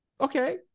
Okay